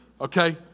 okay